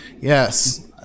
Yes